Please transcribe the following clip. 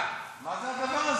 מה זה הדבר הזה?